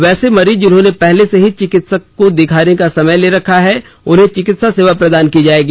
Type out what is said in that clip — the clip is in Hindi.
वैसे मरीज जिन्होंने पहले से ही चिकित्सक को दिखाने का समय ले रखा है उन्हें चिकित्सा सेवा प्रदान की जाएगी